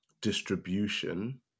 distribution